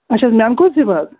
اَچھا حظ مینکو زِب ہا